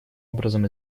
образом